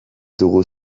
dugu